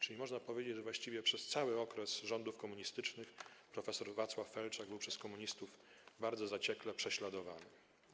Czyli można powiedzieć, że przez cały okres rządów komunistycznych prof. Wacław Felczak był przez komunistów bardzo zaciekle prześladowany.